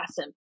awesome